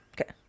Okay